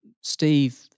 Steve